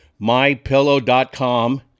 mypillow.com